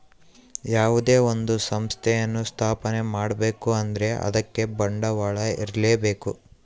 ಯಾವುದೇ ಒಂದು ಸಂಸ್ಥೆಯನ್ನು ಸ್ಥಾಪನೆ ಮಾಡ್ಬೇಕು ಅಂದ್ರೆ ಅದಕ್ಕೆ ಬಂಡವಾಳ ಇರ್ಲೇಬೇಕು